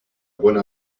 bonne